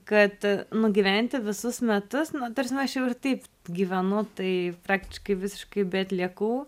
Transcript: kad nugyventi visus metus na ta prasme aš jau ir taip gyvenu tai praktiškai visiškai be atliekų